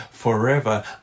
forever